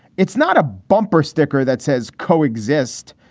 it's not a bumper sticker that says coexist.